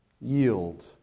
yield